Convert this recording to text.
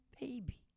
baby